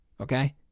Okay